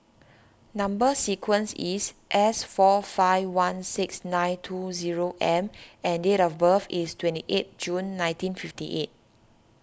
Number Sequence is S four five one six nine two zero M and date of birth is twenty eight June nineteen fifty eight